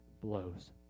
blows